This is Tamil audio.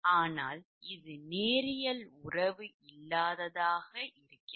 ஆனால் இது நேரியல் உறவு அல்லாதது